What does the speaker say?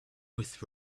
with